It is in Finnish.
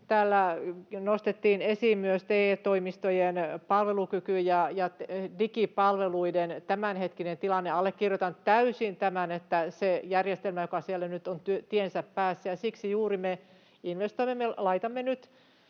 Täällä nostettiin esiin myös TE-toimistojen palvelukyky, ja digipalveluiden tämänhetkinen tilanne. Allekirjoitan täysin, että se järjestelmä, joka siellä nyt on, on tiensä päässä, ja juuri siksi me investoimme, me laitamme nyt